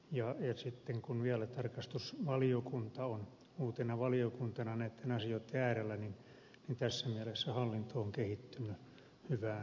ja sitten kun vielä tarkastusvaliokunta on uutena valiokuntana näitten asioitten äärellä niin tässä mielessä hallinto on kehittynyt hyvään suuntaan